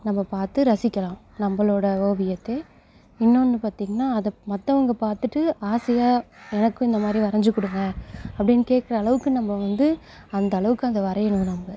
நம்ம பார்த்து ரசிக்கலாம் நம்மளோடய ஓவியத்தை இன்னொன்று பார்த்தீங்கனா அதை மற்றவுங்க பார்த்துட்டு ஆசையாக எனக்கும் இந்த மாதிரி வரைஞ்சி கொடுங்க அப்படின்னு கேட்குறளவுக்கு நம்ம வந்து அந்தளவுக்கு அங்கே வரையணும் நம்ம